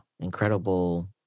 Incredible